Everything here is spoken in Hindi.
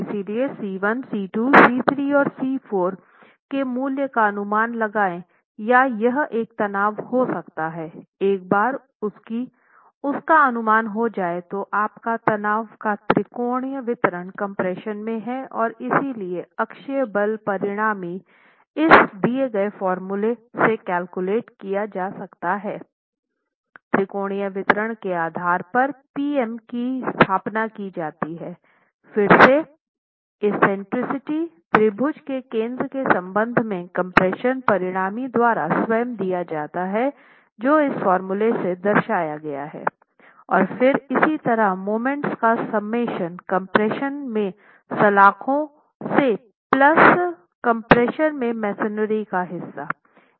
इसलिए C1 C2 C3 और C4 के मूल्य का अनुमान लगाएँ या यह एक तनाव हो सकता हैं एक बार उसका अनुमान हो जाये तो आपका तनाव का त्रिकोणीय वितरण कम्प्रेशन में है और इसलिए अक्षीय बल परिणामी त्रिकोणीय वितरण के आधार पर पी एम की स्थापना की जाती है फिर से एक्सेंट्रिसिटी त्रिभुज के केन्द्र के संबंध में कम्प्रेशन परिणामी द्वारा स्वयं दिया जाता है और फिर इसी तरह मोमेंट्स का सम्मेशन कम्प्रेशन में सलाख़ों से प्लस कम्प्रेशन में मेसनरी का हिस्सा